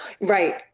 right